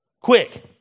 Quick